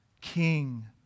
King